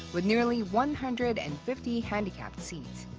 with nearly one hundred and fifty handicapped seats.